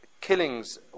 killings